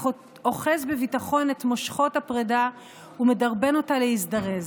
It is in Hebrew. אך אוחז בביטחון את מושכות הפרדה ומדרבן אותה להזדרז.